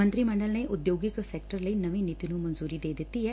ਮਤੰਰੀ ਮੰਡਲ ਨੇ ਉਦਯੋਗਿਕ ਸੈਕਟਰ ਲਈ ਨਵੀ ਨੀਤੀ ਨੂੰ ਮਨਜੂਰੀ ਦੇ ਦਿੱਤੀ ਐ